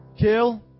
kill